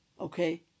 okay